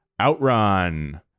OutRun